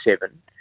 seven